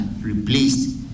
replaced